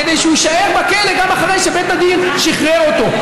כדי שהוא יישאר בכלא גם אחרי שבית הדין שחרר אותו.